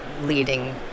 leading